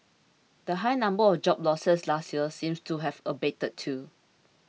the high number of job losses last year seems to have abated too